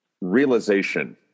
realization